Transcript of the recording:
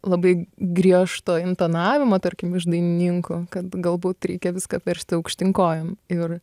labai griežto intonavimo tarkim iš dainininkų kad galbūt reikia viską apversti aukštyn kojom ir